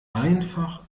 einfach